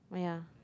oh yeah